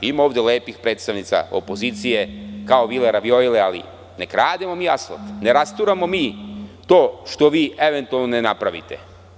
Ima ovde lepih predstavnica opozicije kao vila Ravijojla, ali ne krademo mi asfalt, ne rasturamo mi to što vi eventualno ne napravite.